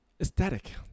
aesthetic